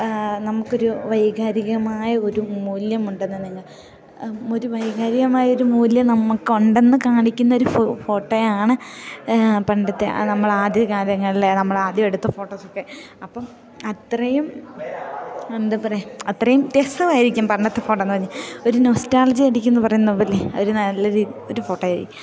നമുക്കൊരു വൈകാരികമായ ഒരു മൂല്യം ഉണ്ടെന്ന് നിങ്ങ ഒരു വൈകാരികമായൊരു മൂല്യം നമുക്ക് ഉണ്ടെന്നു കാണിക്കുന്നൊരു ഫോട്ടോയാണ് പണ്ടത്തെ നമ്മളാദ്യ കാലങ്ങളിലെ നമ്മളാദ്യം എടുത്ത ഫോട്ടോസൊക്കെ അപ്പം അത്രയും എന്താ പറയുക അത്രയും രസമായിരിക്കും പണ്ടത്തെ ഫോട്ടോയെന്നു പറഞ്ഞാൽ ഒരു നോസ്റ്റാൾജിയ അടിക്കുമെന്നു പറയുന്ന പോലെ ഒരു നല്ല രീതി ഒരു ഫോട്ടോ ആയിരിക്കും